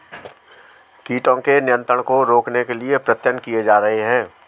कीटों के नियंत्रण को रोकने के लिए प्रयत्न किये जा रहे हैं